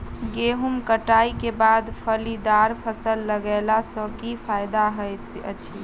गेंहूँ कटाई केँ बाद फलीदार फसल लगेला सँ की फायदा हएत अछि?